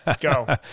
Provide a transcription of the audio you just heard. Go